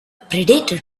predator